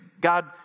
God